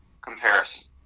comparison